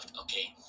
okay